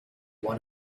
one